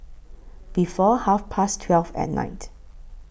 before Half Past twelve At Night